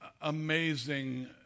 amazing